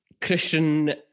Christian